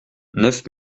neuf